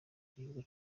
igihugu